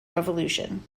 revolution